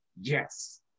yes